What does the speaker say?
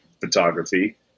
photography